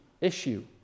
issue